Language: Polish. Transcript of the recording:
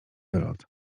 wylot